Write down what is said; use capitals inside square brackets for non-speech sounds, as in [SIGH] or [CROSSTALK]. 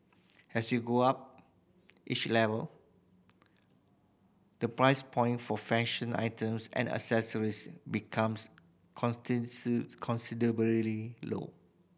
as you go up each level the price point for fashion items and accessories becomes [UNINTELLIGIBLE] considerably low